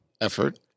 Effort